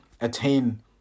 attain